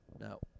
No